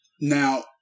Now